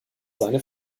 seine